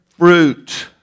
fruit